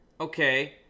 okay